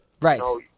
Right